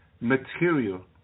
material